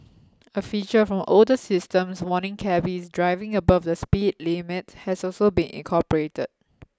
a feature from older systems warning cabbies driving above the speed limit has also been incorporated